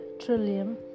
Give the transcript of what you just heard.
Trillium